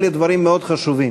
אלה דברים מאוד חשובים,